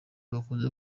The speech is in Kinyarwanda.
bakunze